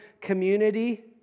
community